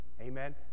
Amen